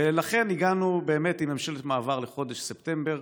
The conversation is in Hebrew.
ולכן הגענו באמת עם ממשלת מעבר לחודש ספטמבר.